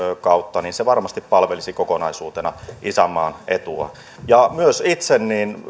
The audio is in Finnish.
kautta se varmasti palvelisi kokonaisuutena isänmaan etua myös itse